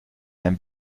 einen